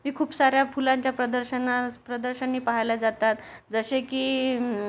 मी खूप साऱ्या फुलांच्या प्रदर्शना प्रदर्शनही पाहायला जातात जसे की